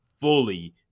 fully